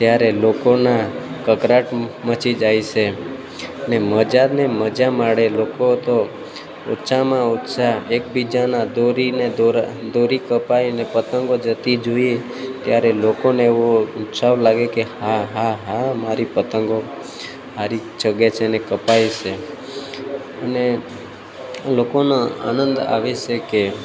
ત્યારે લોકોના કકળાટ મચી જાય છે અને મજા જ ને મજા માણે લોકો તો ઓછામાં ઓછા એકબીજાના દોરીને દોરા દોરી કપાય અને પતંગો જતી જોઈ ત્યારે લોકોને એવો ઉત્સાહ લાગે કે હા હા હા મારી પતંગો સારી ચગે છે ને કપાય છે અને લોકોનો આનંદ આવે છે કે